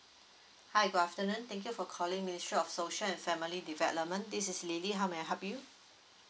hi good afternoon thank you for calling ministry of social and family development this is lily how may I help you